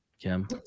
Kim